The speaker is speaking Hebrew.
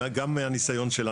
גם מהניסיון שלנו.